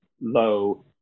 low